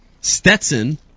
Stetson